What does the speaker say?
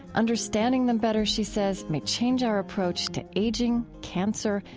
understanding them better, she says, may change our approach to aging, cancer,